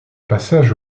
passage